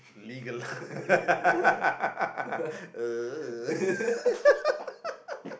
legal l~ l~ l~